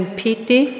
pity